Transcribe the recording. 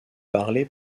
parlé